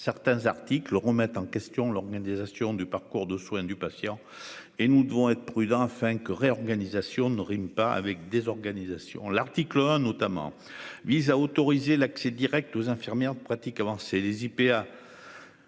certains articles remettent en question l'organisation du parcours de soin du patient et nous devons être prudents, afin que réorganisation ne rime pas avec des organisations. L'article a notamment vise à autoriser l'accès Direct aux infirmières de pratique avancée les IPA.